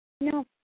No